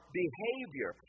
behavior